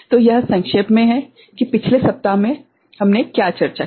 तो यह संक्षेप में है कि हमने पिछले सप्ताह में क्या चर्चा की